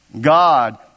God